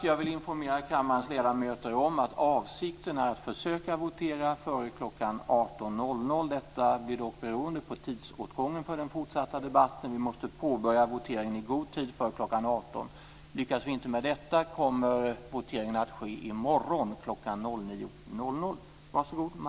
Jag vill informera kammarens ledamöter om att avsikten är att försöka votera före kl. 18.00. Detta blir dock beroende på tidsåtgången för den fortsatta debatten. Vi måste påbörja voteringen i god tid före kl. 18.00. Lyckas vi inte med detta kommer voteringen att ske i morgon kl. 09.00.